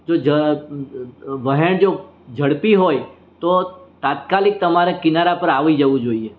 જો વહેણ જો ઝડપી હોઈ તો તાત્કાલિક તમારે કિનારા પર આવી જવું જોઈએ